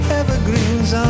evergreens